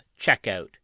checkout